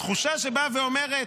התחושה שבאה ואומרת: